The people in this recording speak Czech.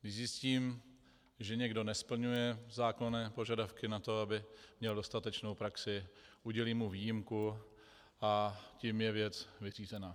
Když zjistím, že někdo nesplňuje zákonné požadavky na to, aby měl dostatečnou praxi, udělím mu výjimku, a tím je věc vyřízena.